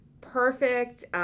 perfect